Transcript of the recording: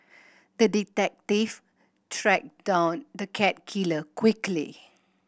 the detective tracked down the cat killer quickly